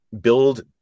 build